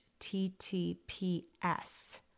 HTTPS